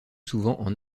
souvent